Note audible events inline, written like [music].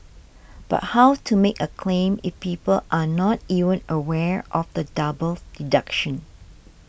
but how to make a claim if people are not even aware of the double [noise] deduction